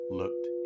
looked